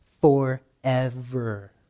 forever